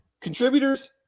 Contributors